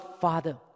Father